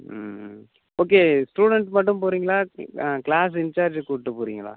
ம் ம் okay student மட்டும் போகிறீங்களா கிளாஸ் இன்சார்ஜை கூட்டுப் போகிறீங்களா